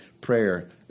prayer